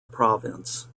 province